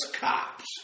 cops